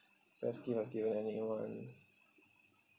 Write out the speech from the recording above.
best gift I've given anyone